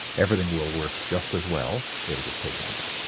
everything will work just as well, it'll just take longer.